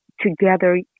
together